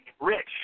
Rich